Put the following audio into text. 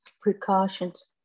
precautions